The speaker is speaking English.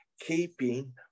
keeping